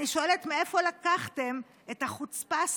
אני שואלת מאיפה לקחתם את החוצפה,